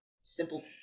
simple